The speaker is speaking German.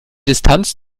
distanz